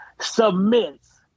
submits